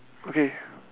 okay